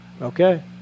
Okay